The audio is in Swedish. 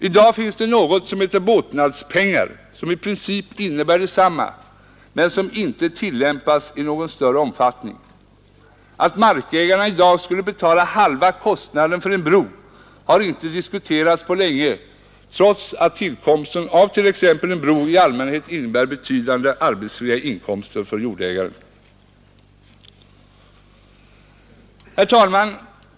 Numera finns det något som heter båtnadspengar som i princip innebär detsamma men som inte tillämpas i någon större omfattning. Att markägarna i dag skulle betala halva kostnaden för en bro har inte diskuterats på länge, trots att tillkomsten av t.ex. en bro i allmänhet innebär betydande arbetsfria inkomster för markägarna.